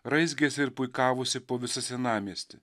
raizgėsi ir puikavosi po visą senamiestį